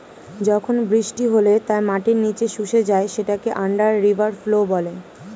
যখন বৃষ্টি হলে তা মাটির নিচে শুষে যায় সেটাকে আন্ডার রিভার ফ্লো বলে